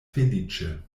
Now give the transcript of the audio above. feliĉe